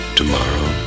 tomorrow